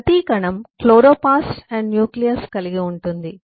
ప్రతి కణం chloroplast nucleus కలిగి ఉంటుంది